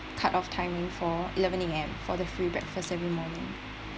cut off time for eleven A_M for the free breakfast every morning